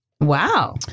Wow